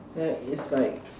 like it's like